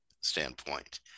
standpoint